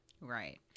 Right